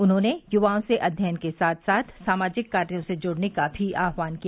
उन्होंने युवाओं से अध्ययन के साथ सामाजिक कार्यो से जुड़ने का भी आह्वान किया